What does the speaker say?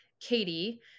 Katie